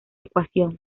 ecuación